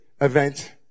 event